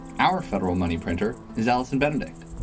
our federal money printer is allison benedicte.